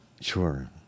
sure